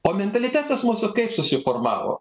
o mentalitetas mūsų kaip susiformavo